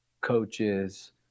coaches